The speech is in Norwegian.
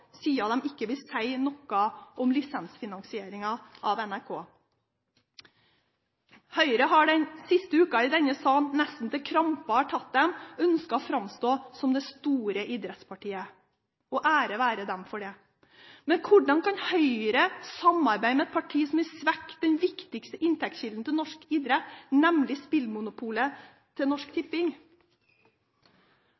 tatt dem, ønsket å framstå som det store idrettspartiet, og ære være dem for det. Men hvordan kan Høyre samarbeide med et parti som vil svekke den viktigste inntektskilden til norsk idrett, nemlig spillmonopolet til Norsk